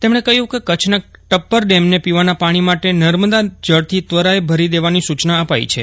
તેથપ્રો કહ્યું કે કચ્છના ટપ્પર ડેમને પીવાના પાપ્રી યાટે નર્મદા જળથી ત્વરાએ ભરી દેવાની સ્રુચના અપાઈ છે